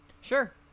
Sure